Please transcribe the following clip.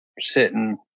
sitting